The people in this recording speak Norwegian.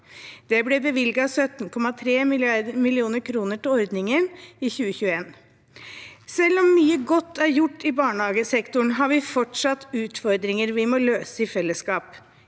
Det ble bevilget 17,3 mill. kr til ordningen i 2021. Selv om mye godt er gjort i barnehagesektoren, har vi fortsatt utfordringer vi må løse i fellesskap.